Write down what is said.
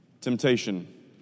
temptation